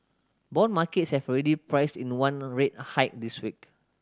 bond markets have already priced in one rate hike this week